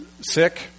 sick